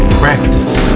practice